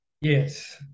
yes